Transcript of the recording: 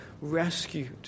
rescued